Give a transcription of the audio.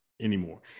anymore